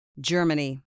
Germany